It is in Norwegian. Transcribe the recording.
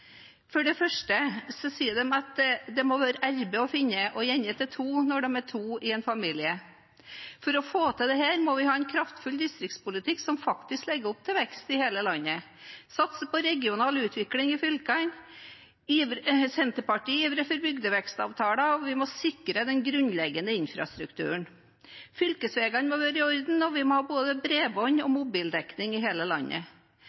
For det første sier de at det må være arbeid å finne, og gjerne til to når de er to i en familie. For å få til dette må vi ha en kraftfull distriktspolitikk som faktisk legger opp til vekst i hele landet, og vi må satse på regional utvikling i fylkene. Senterpartiet ivrer for bygdevekstavtaler, og vi må sikre den grunnleggende infrastrukturen. Fylkesveiene må være i orden, og vi må ha både bredbånd og mobildekning i hele landet.